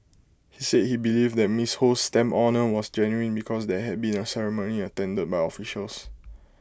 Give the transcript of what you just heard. he said he believed that Ms Ho's stamp honour was genuine because there had been A ceremony attended by officials